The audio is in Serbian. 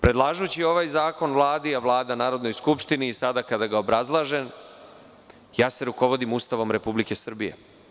Predlažući ovaj zakon Vladi, a Vlada Narodnoj skupštini i sada kada ga obrazlažem ja, rukovodim se Ustavom Republike Srbije.